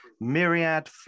myriad